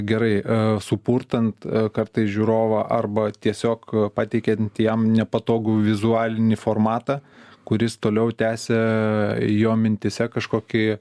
gerai supurtant kartais žiūrovą arba tiesiog pateikiant jam nepatogų vizualinį formatą kuris toliau tęsia jo mintyse kažkokį